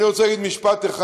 אני רוצה להגיד משפט אחד